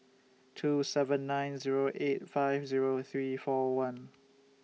two seven nine Zero eight five Zero three four one